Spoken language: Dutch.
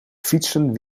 fietsen